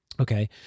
Okay